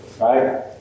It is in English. Right